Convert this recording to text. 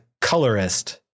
colorist